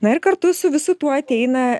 na ir kartu su visu tuo ateina